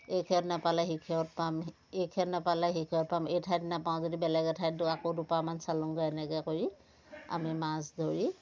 এই খেৰত নাপালে সেই খেৰত পাম এই খেৰত নাপালে সেই খেৰত পাম এই ঠাইত নাপাওঁ যদি বেলেগ এঠাইত দু আকৌ দুবাৰমান চালোঁগৈ এনেকৈ কৰি আমি মাছ ধৰি